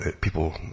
people